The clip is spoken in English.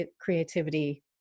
creativity